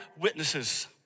witnesses